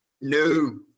no